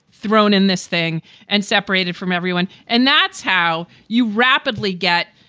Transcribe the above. thrown in this thing and separated from everyone. and that's how you rapidly get.